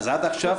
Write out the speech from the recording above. רק את ההצבעה.